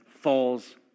falls